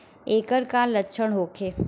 ऐकर का लक्षण होखे?